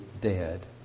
dead